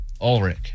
Ulrich